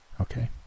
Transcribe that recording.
Okay